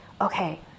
okay